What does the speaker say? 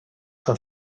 són